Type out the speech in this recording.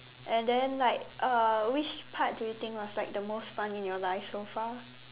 and then like uh which part do you think was like the most fun in your life so far